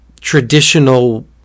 traditional